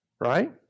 Right